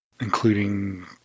including